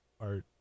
Art